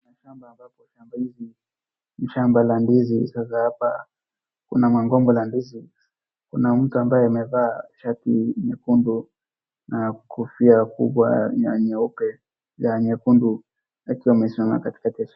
Shamba ambapo shamba hizi ni shamba la ndizi sasa hapa kuna magongo la ndizi ambaye imevaa shati nyekundu na kofia kubwa ya nyeupe ya nyekundu akiwa amesimama katikati ya shamba.